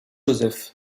joseph